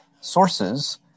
sources